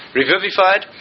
revivified